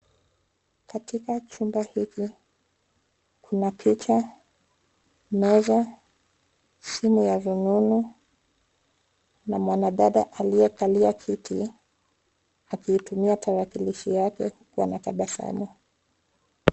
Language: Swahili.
Katika chumba hiki, kuna picha, meza, simu ya rununu, na mwanadada aliyekalia kiti, akiitumia tarakilishi yake. Wanatabasamu.